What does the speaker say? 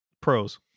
Pros